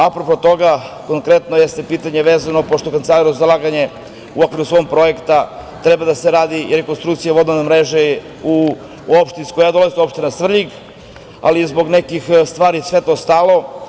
Apropo toga, konkretno jeste pitanje vezano, pošto Kancelarija za ulaganje u okviru svog projekta ima i rekonstrukciju vodovodne mreže u opštini iz koje ja dolazim, iz opštine Svrljig, ali zbog nekih stvari sve je to stalo.